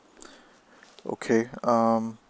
okay um